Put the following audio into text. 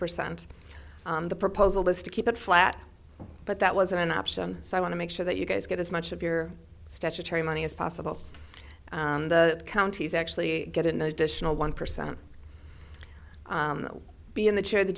percent the proposal was to keep it flat but that wasn't an option so i want to make sure that you guys get as much of your statutory money as possible in the counties actually get an additional one percent be in the chair the